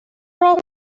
راهو